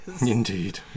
Indeed